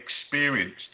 experienced